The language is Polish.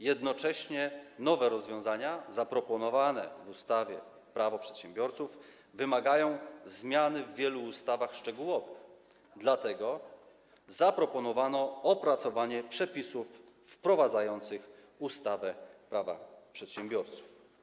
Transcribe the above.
Jednocześnie nowe rozwiązania zaproponowane w ustawie Prawo przedsiębiorców wymagają zmiany w wielu ustawach szczegółowych, dlatego zaproponowano opracowanie przepisów wprowadzających ustawę Prawo przedsiębiorców.